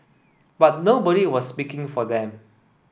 but nobody was speaking for them